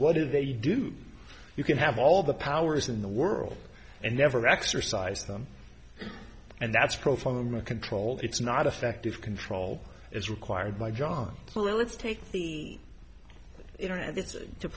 what do they do you can have all the powers in the world and never exercise them and that's pro forma control it's not effective control it's required by john well let's take the internet